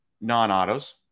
non-autos